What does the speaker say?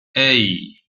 hey